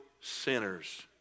sinners